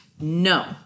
no